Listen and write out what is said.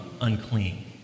unclean